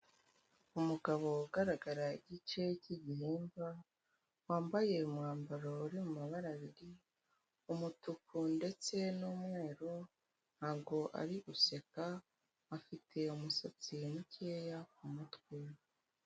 Umugabo ugaragara igice cy'igihimba, wambaye umwambaro uri mubara abiri, umutuku ndetse n'umweru, ntabwo ari guseka afite umusatsi mukeya ku kumutwe.